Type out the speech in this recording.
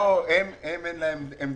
לא, הם אין להם עמדה.